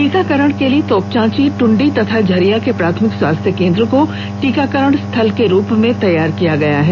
टीकाकरण के लिए तोपचांची टुंडी तथा झरिया के प्राथमिक स्वास्थ्य केंद्र को टीकाकरण स्थल के रूप में तैयार किया गया है